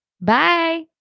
Bye